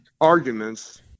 arguments